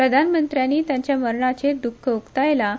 प्रधानमंत्र्यांनी तांच्या मरणाचेर द्ख उक्तायलां